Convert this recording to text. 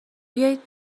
بیایید